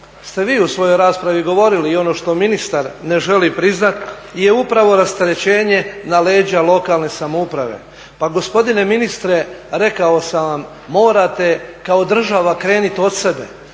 ste vi u svojoj raspravi govorili i ono što ministar ne želi priznati je upravo rasterećenje na leđa lokalne samouprave. Pa gospodine ministre rekao sam vam morate kao država krenuti od sebe,